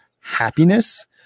Happiness